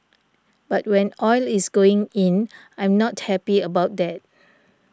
but when oil is going in I'm not happy about that